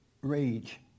rage